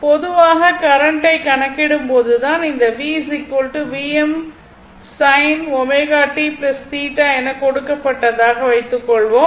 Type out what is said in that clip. பொதுவாக கரண்ட்டை கணக்கிடும்போது இந்த v Vm sin ω t θ எனக் கொடுக்கப்பட்டதாக வைத்துக்கொள்வோம்